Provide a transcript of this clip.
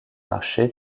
marché